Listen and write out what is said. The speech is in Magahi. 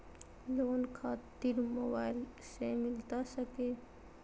लोन खातिर मोबाइल से मिलता सके?